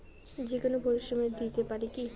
যে কোনো পরিষেবা দিতে পারি কি?